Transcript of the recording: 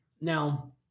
now